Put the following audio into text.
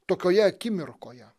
tokioje akimirkoje